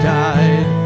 died